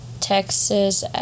Texas